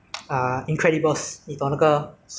我刚才出来最近在看那个戏 orh